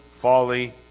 Folly